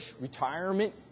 Retirement